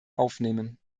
aufnehmen